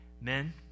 men